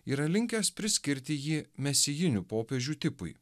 yra linkęs priskirti jį mesijinių popiežių tipui